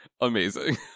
amazing